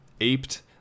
aped